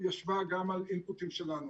ישבה גם על האינפוטים שלנו.